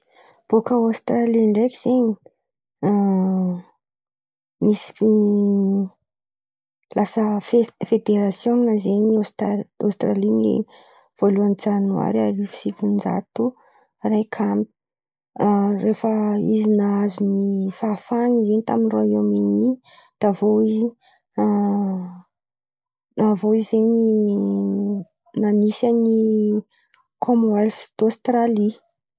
Irô Aôsitiraly àby io ny azoko honon̈o rô zen̈y voalohany nizan̈a ndrô Biritaniky àby io. Avô aminjay navy misy pôro zen̈y navy tamin-drô tao, pôro jakisônana zay tsy azoko tsara e. Karà karàha zen̈y, avô tamin’ny valoamby valompolo fitonjato sy arivo zen̈y irô voa zanakà zen̈y.